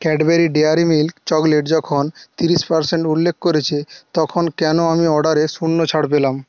Cadbury dairy milk chocolate যখন তিরিশ percent উল্লেখ করেছে তখন কেন আমি অর্ডারে শূন্য ছাড় পেলাম